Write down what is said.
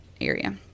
area